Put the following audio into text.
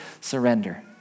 surrender